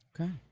Okay